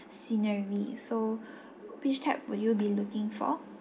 scenery so which type would you be looking for